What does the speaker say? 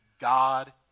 God